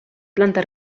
planta